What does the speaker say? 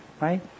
right